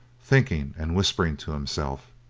thinking and whispering to himself.